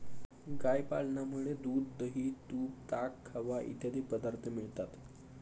गाय पालनामुळे दूध, दही, तूप, ताक, खवा इत्यादी पदार्थ मिळतात